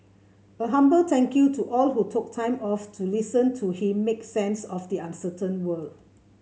a humble thank you to all who took time off to listen to him make sense of the uncertain world